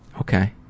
Okay